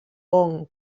gong